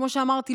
כמו שאמרתי,